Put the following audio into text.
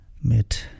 mit